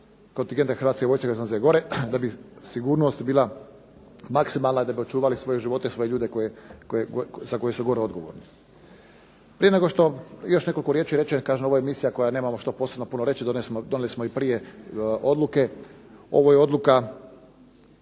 Hrvatske vojske … da bi sigurnost bila maksimalna, da bi očuvali svoje ljude za koje su gore odgovorni. Prije nego još par riječi rečem, kažem ovo je misija, o kojoj nemamo što posebno puno reći, donijeli smo prije odluke, ovo je odluka